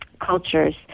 cultures